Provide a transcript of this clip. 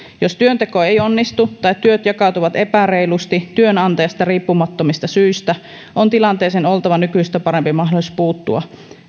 jos työnteko ei onnistu tai työt jakautuvat epäreilusti työnantajasta riippumattomista syistä on tilanteeseen oltava nykyistä parempi mahdollisuus puuttua